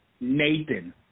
Nathan